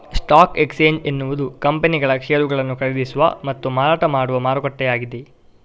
stock exchange ಎನ್ನುವುದು ಕಂಪನಿಗಳ ಷೇರುಗಳನ್ನು ಖರೀದಿಸುವ ಮತ್ತು ಮಾರಾಟ ಮಾಡುವ ಮಾರುಕಟ್ಟೆಯಾಗಿದೆ